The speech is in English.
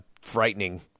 frightening